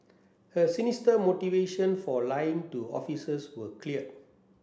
her sinister motivation for lying to officers were clear